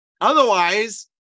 Otherwise